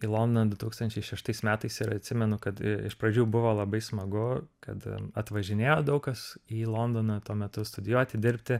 į londoną du tūkstančiai šeštais metais ir atsimenu kad iš pradžių buvo labai smagu kad atvažinėjo daug kas į londoną tuo metu studijuoti dirbti